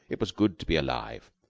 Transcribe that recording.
it was good to be alive.